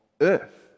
earth